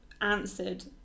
answered